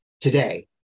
today